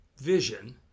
vision